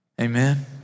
Amen